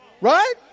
Right